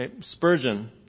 Spurgeon